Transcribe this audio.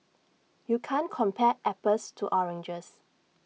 you can't compare apples to oranges